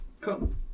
Cool